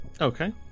Okay